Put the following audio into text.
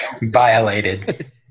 Violated